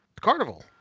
carnival